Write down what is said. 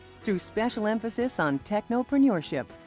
through special emphasis on technoprenuership,